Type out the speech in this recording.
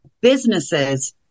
businesses